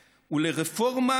ולרפורמה,